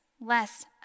less